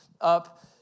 up